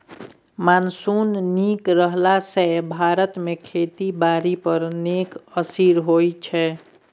monsoon नीक रहला सँ भारत मे खेती बारी पर नीक असिर होइ छै